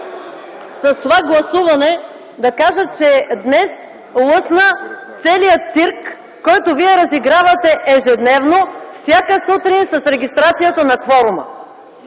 с това гласуване, за да кажа, че днес лъсна целият цирк, който вие разигравате ежедневно всяка сутрин с регистрацията на кворума.